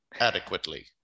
adequately